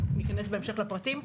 ניכנס לפרטים בהמשך,